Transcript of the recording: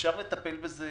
אפשר לטפל בזה